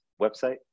website